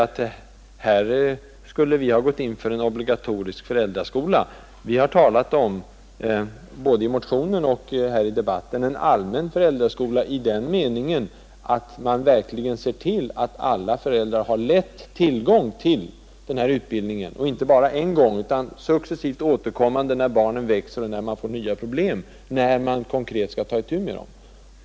Vi har inte gått in för en obligatorisk föräldraskola. Både i motionen och här i debatten har vi i stället talat om en allmän föräldraskola i den meningen, att man verkligen ser till att alla föräldrar lätt får tillgång till denna utbildning, inte bara en gång utan successivt allteftersom barnen växer och man får nya problem som man konkret skall ta itu med.